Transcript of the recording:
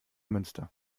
münster